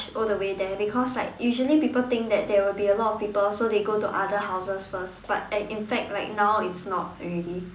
all the way there because like usually people think that there would be a lot of people so they go to other houses first but at in fact like now it's not already